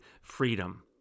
freedom